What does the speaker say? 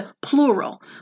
plural